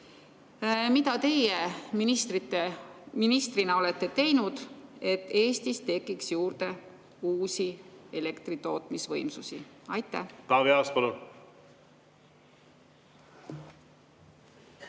mida teie ministrina olete teinud, et Eestis tekiks juurde uusi elektritootmisvõimsusi? Austatud